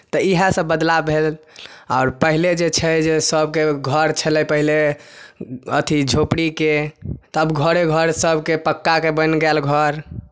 तऽ इएहसभ बदलाव भेल आओर पहिले जे छै जे सभके घर छलै पहिले अथि झोपड़ीके तब घरे घरे सभके पक्काके बनि गेल घर